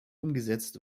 umgesetzt